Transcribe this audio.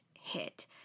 hit